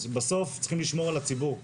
בסוף צריכים לשמור על הציבור.